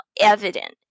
evident